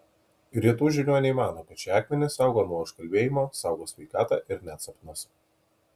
rytų žiniuoniai mano kad šie akmenys saugo nuo užkalbėjimo saugo sveikatą ir net sapnus